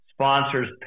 Sponsors